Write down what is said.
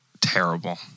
terrible